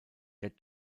der